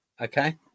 okay